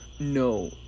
No